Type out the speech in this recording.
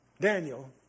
Daniel